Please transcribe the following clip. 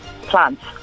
Plants